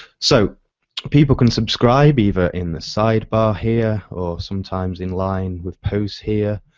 so people can subscribe either in the sidebar here or sometimes in line with posts here.